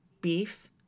beef